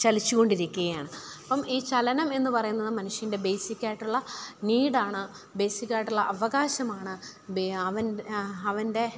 ചലിച്ചു കൊണ്ടിരിക്കുകയാണ് അപ്പം ഈ ചലനം എന്നു പറയുന്നത് മനുഷ്യൻ്റെ ബേസിക്കായിട്ടുള്ള നീഡാണ് ബേസിക്കായിട്ടുള്ള അവകാശമാണ് അവൻ അവൻ്റെ